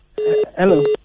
hello